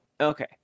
Okay